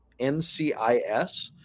NCIS